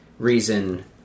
reason